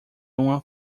uma